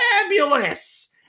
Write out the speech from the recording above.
fabulous